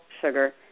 sugar